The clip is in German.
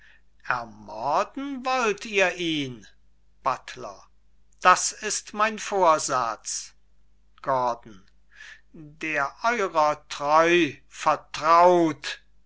ermorden wollt ihr ihn buttler das ist mein vorsatz gordon der eurer treu vertraut